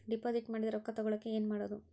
Deposit ಮಾಡಿದ ರೊಕ್ಕ ತಗೋಳಕ್ಕೆ ಏನು ಮಾಡೋದು?